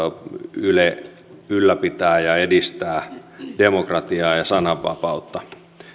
yle ylläpitää ja edistää demokratiaa ja sananvapautta